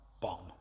bomb